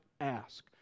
ask